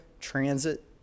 transit